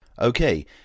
Okay